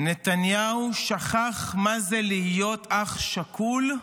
"נתניהו שכח מה זה להיות אח שכול.